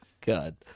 God